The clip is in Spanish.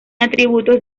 atributos